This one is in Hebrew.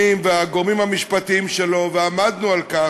וספורטאים שהתקבלו לכאן